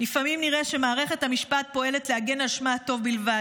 לפעמים נראה שמערכת המשפט פועלת להגן על שמה הטוב בלבד.